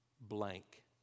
blank